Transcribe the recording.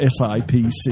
SIPC